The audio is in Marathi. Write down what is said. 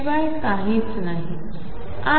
शिवाय काहीच नाही